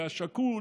השקול,